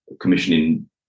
commissioning